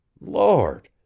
Lord